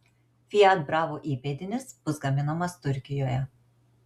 fiat bravo įpėdinis bus gaminamas turkijoje